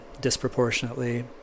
disproportionately